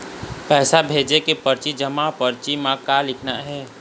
पैसा भेजे के परची जमा परची म का लिखना हे?